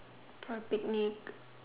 park picnic